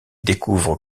découvre